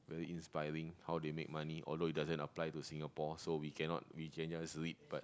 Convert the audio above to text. very inspiring how they make money although it doesn't apply to Singapore so we cannot we can just do it